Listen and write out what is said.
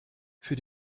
für